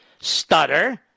stutter